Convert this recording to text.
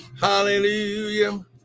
Hallelujah